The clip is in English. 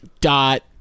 Dot